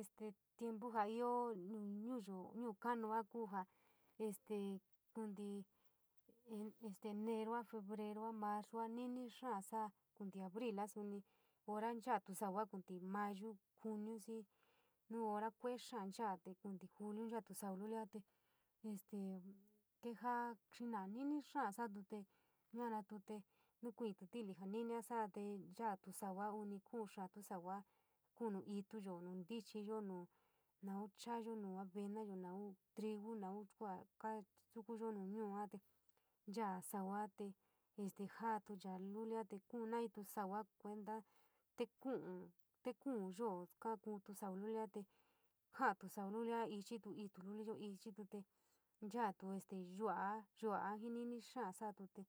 Este tiempo jia io ñuuyo ñuu kanoua kuu ja este konti konti enero, febrero, majuua nini xaa soba konti abril sunti maa chatu te sau konti mayu, junio xii nu hanu kuu xaa nchaa konti juliu nchaa sou luli este kejia niti xaa soroto. Y yuanoua te nu kunoutii, trili seu nini sorou te nii datou tua unii kuu xaatou sauu kuu enuu yuu unii tinilip, nu maa chanu nou avenou yuu tinip nou kua ka chokayo nu hanu te nchaa sau te jata ya chololii te kuu vei in souu kuu te kuu in kuu te kuu yua ka kou soua luli este yuu yua te nini kuu te luli xii luli luli luli este yuu yua te nini kuu kuu te